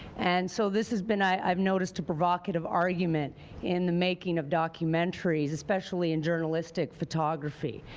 and so this has been i've noticed a provocative argument in the making of documentaries, especially in journalistic photography,